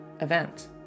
event